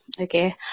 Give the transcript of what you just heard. Okay